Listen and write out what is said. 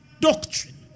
doctrine